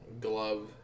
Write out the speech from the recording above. glove